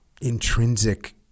intrinsic